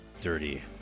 Dirty